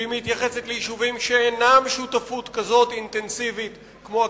כי היא מתייחסת ליישובים שבהם אין שותפות כזאת אינטנסיבית כמו בקיבוצים.